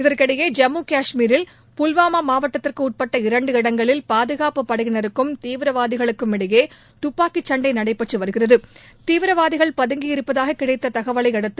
இதற்கிடையே ஜம்மு கஷ்மீரில் புல்வாமா மாவட்டத்திற்கு உட்பட் இரண்டு இடங்களில் பாதுகாப்புப்படையினருக்கும் தீவிரவாதிகளுக்கும் இடையே துப்பாக்கிச்சண்டை நடைபெற்று வருகிறது தீவிரவாதிகள் பதங்கியிருப்பதாக கிடைத்த தகவலையடுத்து